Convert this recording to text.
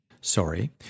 sorry